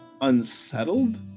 unsettled